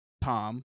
Tom